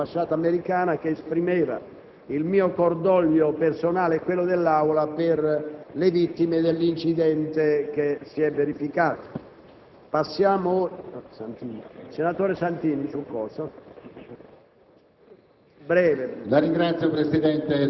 che ho provveduto ieri ad inviare un messaggio all'Ambasciata americana che esprimeva il mio cordoglio personale e quello dell'Aula per le vittime dell'incidente che si è verificato.